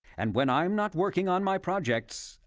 and when i'm not working on my projects,